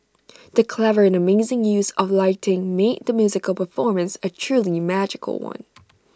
the clever and amazing use of lighting made the musical performance A truly magical one